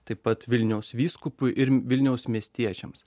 taip pat vilniaus vyskupui ir vilniaus miestiečiams